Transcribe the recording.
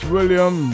William